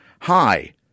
hi